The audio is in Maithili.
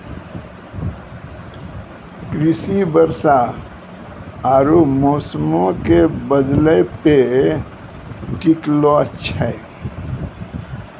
कृषि वर्षा आरु मौसमो के बदलै पे टिकलो छै